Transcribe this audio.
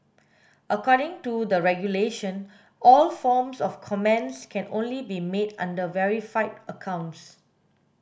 according to the regulation all forms of comments can only be made under verified accounts